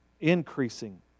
increasing